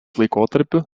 laikotarpiu